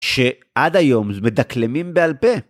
שעד היום מדקלמים בעל פה.